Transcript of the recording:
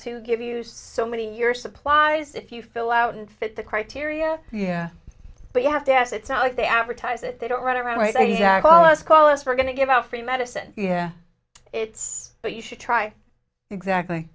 to give you so many your supplies if you fill out and fit the criteria yeah but you have to ask it's not like they advertise it they don't run around right i call us call us we're going to give out free medicine it's but you should try exactly